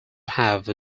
have